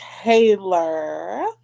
Taylor